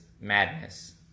madness